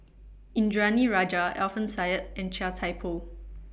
Indranee Rajah Alfian Sa'at and Chia Thye Poh